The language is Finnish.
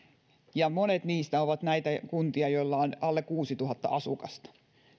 monet niistä ovat näitä kuntia joissa on alle kuusituhatta asukasta